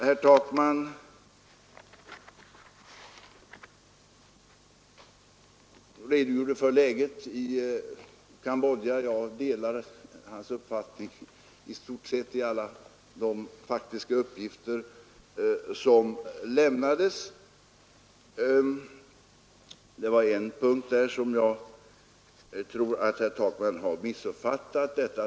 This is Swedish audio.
Herr Takman redogjorde för läget i Cambodja. Jag delar i stort sett hans uppfattning beträffande alla de faktiska uppgifter som lämnades. På en punkt tror jag emellertid att herr Takman har missuppfattat situationen.